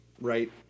right